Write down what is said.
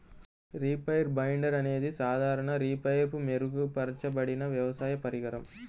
reaper binder అనేది సాధారణ రీపర్పై మెరుగుపరచబడిన వ్యవసాయ పరికరం